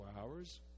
hours